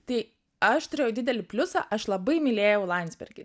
tai aš turėjau didelį pliusą aš labai mylėjau landsbergį